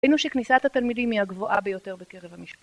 ראינו שכניסת התלמידים היא הגבוהה ביותר בקרב המשפט